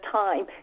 time